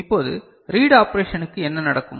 இப்போது ரீட் ஆபரேஷனுக்கு என்ன நடக்கும்